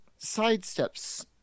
sidesteps